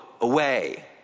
away